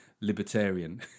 libertarian